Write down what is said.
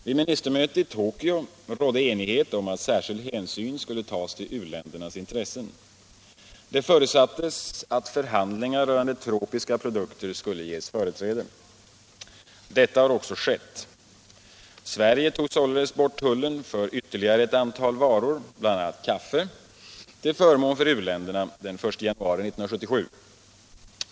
Vid ministermötet i Tokyo rådde enighet om att särskild hänsyn skulle tas till u-ländernas intressen. Det förutsattes att förhandlingar rörande tropiska produkter skulle ges företräde. Detta har också skett. Sverige tog således bort tullen för ytterligare ett antal varor, bl.a. kaffe, till förmån för u-länderna den 1 januari 1977.